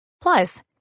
Plus